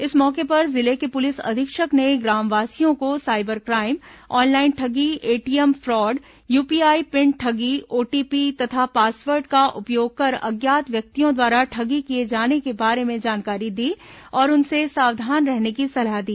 इस मौके पर जिले के पुलिस अधीक्षक ने ग्रामवासियों को साइबर क्राइम ऑनलाइन ठगी एटीएम फॉड यूपीआई पिन ठगी ओटीपी तथा पासवर्ड का उपयोग कर अज्ञात व्यक्तियों द्वारा ठगी किए जाने के बारे में जानकारी दी और उनसे सावधान रहने की सलाह दी